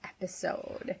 episode